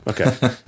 Okay